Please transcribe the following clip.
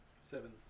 Seven